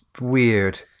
weird